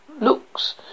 looks